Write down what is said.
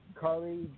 Carly